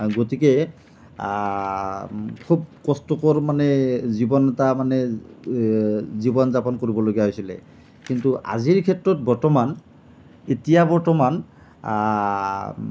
গতিকে খুব কষ্টকৰ মানে জীৱন এটা মানে জীৱন যাপন কৰিবলগীয়া হৈছিলে কিন্তু আজিৰ ক্ষেত্ৰত বৰ্তমান এতিয়া বৰ্তমান